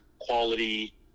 quality